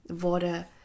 water